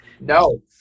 No